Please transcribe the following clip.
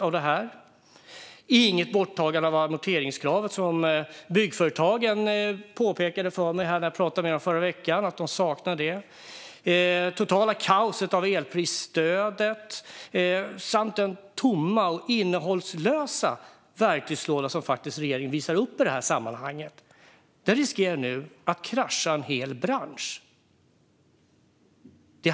Inte heller tas amorteringskravet bort, vilket byggföretagen efterlyste när jag pratade med dem i förra veckan. Det är kaos kring elprisstödet, och regeringens verktygslåda är i detta sammanhang helt tom. Detta riskerar nu att krascha en hel bransch.